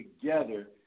together